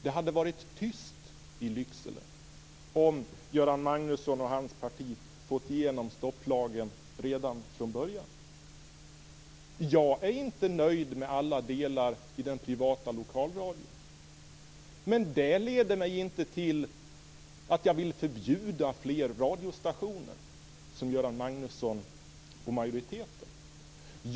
Det hade varit tyst i Lycksele - om Göran Magnusson och hans parti hade fått igenom stopplagen redan från början. Jag är inte nöjd med alla delar i den privata lokalradion. Men det leder mig inte till att jag vill förbjuda fler radiostationer, som Göran Magnusson och majoriteten vill.